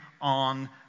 on